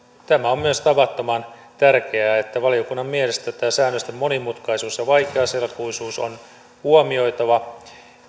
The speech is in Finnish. tämä on myös tavattoman tärkeää että valiokunnan mielestä tämä säännösten monimutkaisuus ja vaikeaselkoisuus on huomioitava